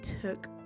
took